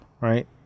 right